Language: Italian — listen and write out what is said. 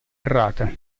errata